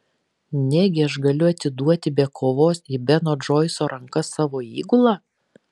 negi aš galiu atiduoti be kovos į beno džoiso rankas savo įgulą